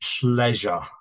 pleasure